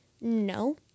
No